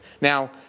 Now